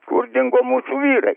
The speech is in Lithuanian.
kur dingo mūsų vyrai